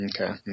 okay